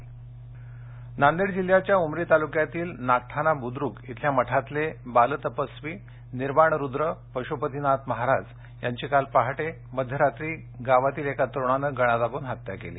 हत्या नांदेड नांदेड जिल्ह्य़ाच्या उमरी तालुक्यातील नागठाना बुद्रुक इथल्या मठातले बाल तपस्वी निर्वाणरुद्र पशुपतीनाथ महाराज यांची काल पहाटे मध्यरात्री गावातील एका तरूणाने गळा दाबून हत्या केली